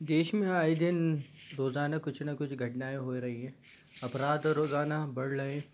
देश में आए दिन रोज़ाना कुछ ना कुछ घटनाएँ हो रही हैं अपराध रोज़ाना बढ़ रहे हैं